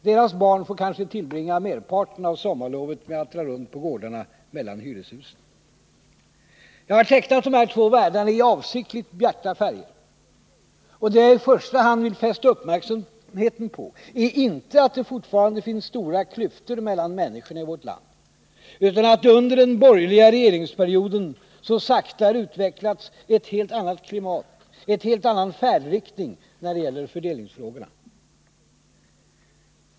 Deras barn får kanske tillbringa merparten av sommarlovet med att dra runt på gårdarna mellan hyreshusen. Jag har tecknat de här två världarna i avsiktligt bjärta färger. Och det jag i första hand vill fästa uppmärksamheten på är inte att det fortfarande finns stora klyftor mellan människorna i vårt land utan att det under den borgerliga regeringsperioden så sakta har utvecklats ett helt annat klimat, en helt annan färdriktning när det gäller fördelningsfrågorna.